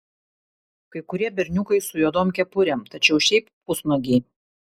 kai kurie berniukai su juodom kepurėm tačiau šiaip pusnuogiai